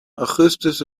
augustus